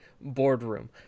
boardroom